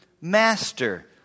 master